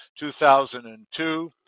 2002